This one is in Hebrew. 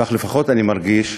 כך לפחות אני מרגיש,